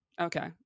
Okay